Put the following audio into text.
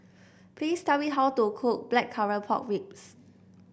please tell me how to cook Blackcurrant Pork Ribs